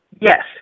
Yes